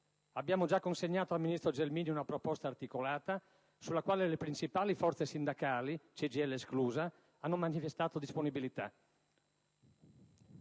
Abbiamo già consegnato al ministro Gelmini una proposta articolata, sulla quale le principali forze sindacali, CGIL esclusa, hanno manifestato disponibilità.